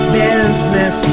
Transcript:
business